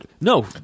No